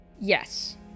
Yes